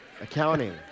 Accounting